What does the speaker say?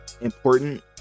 important